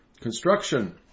construction